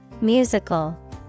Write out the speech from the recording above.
Musical